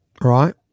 right